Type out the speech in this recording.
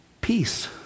Peace